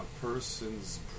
person's